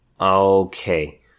Okay